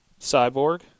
Cyborg